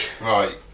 right